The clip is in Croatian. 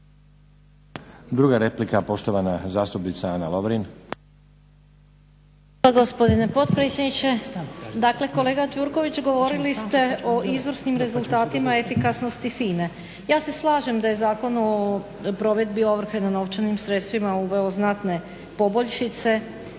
Druga replika, poštovana zastupnica Ana Lovrin.